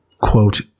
quote